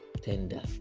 Tender